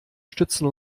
stützen